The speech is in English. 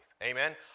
Amen